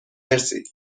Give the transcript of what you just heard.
مرسی